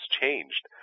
changed